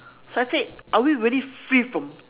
so I said are we really free from